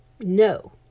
no